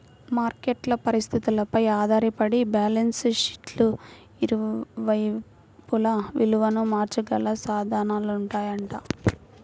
market పరిస్థితులపై ఆధారపడి balance షీట్కి ఇరువైపులా విలువను మార్చగల సాధనాలుంటాయంట